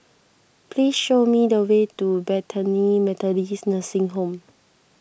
please show me the way to Bethany Methodist Nursing Home